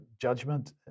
judgment